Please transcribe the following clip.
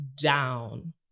down